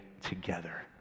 together